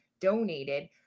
donated